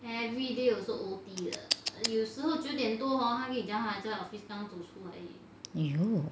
!aiyo!